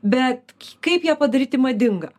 bet kaip ją padaryti madinga